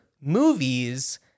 movies